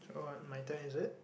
oh my turn is it